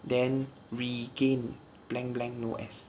then we gain blank blank no S